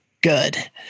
good